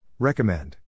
Recommend